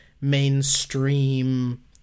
mainstream